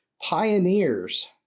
pioneers